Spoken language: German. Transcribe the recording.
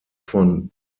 von